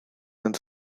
and